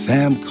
Sam